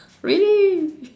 really